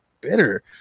bitter